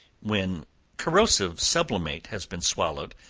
when corrosive sublimate, has been swallowed,